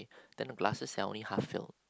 then the glasses they are only half filled